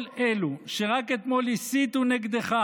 כל אלו שרק אתמול הסיתו נגדך